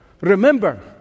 Remember